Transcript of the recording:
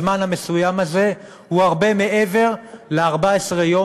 הזמן המסוים הזה הוא הרבה מעבר ל-14 יום,